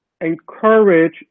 encourage